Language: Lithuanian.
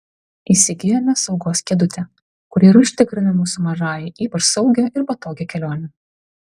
įsigijome saugos kėdutę kuri ir užtikrina mūsų mažajai ypač saugią ir patogią kelionę